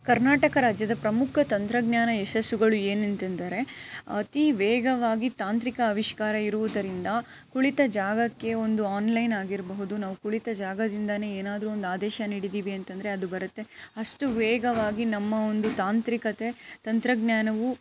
ಕರ್ನಾಟಕ ರಾಜ್ಯದ ಪ್ರಮುಖ ತಂತ್ರಜ್ಞಾನ ಯಶಸ್ಸುಗಳು ಏನೆಂತೆಂದರೆ ಅತಿ ವೇಗವಾಗಿ ತಾಂತ್ರಿಕ ಆವಿಷ್ಕಾರ ಇರುವುದರಿಂದ ಕುಳಿತ ಜಾಗಕ್ಕೆ ಒಂದು ಆನ್ಲೈನ್ ಆಗಿರಬಹುದು ನಾವು ಕುಳಿತ ಜಾಗದಿಂದನೇ ಏನಾದರೂ ಒಂದು ಆದೇಶ ನೀಡಿದ್ದೀವಿ ಅಂತಂದರೆ ಅದು ಬರುತ್ತೆ ಅಷ್ಟು ವೇಗವಾಗಿ ನಮ್ಮ ಒಂದು ತಾಂತ್ರಿಕತೆ ತಂತ್ರಜ್ಞಾನವು